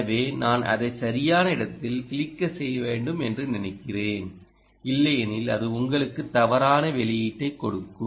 எனவே நான் அதை சரியான இடத்தில் கிளிக் செய்ய வேண்டும் என்று நினைக்கிறேன் இல்லையெனில் அது உங்களுக்கு தவறான வெளியீட்டைக் கொடுக்கும்